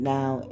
Now